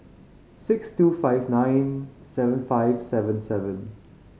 six two five nine seven five seven seven